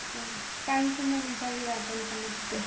okay ma'am thank you ma'am interview attend பண்ணதுக்கு